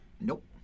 Nope